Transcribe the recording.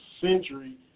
century